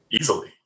Easily